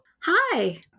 Hi